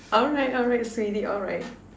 alright alright sweetie alright